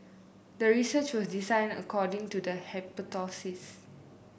the research was designed according to the hypothesis